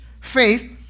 faith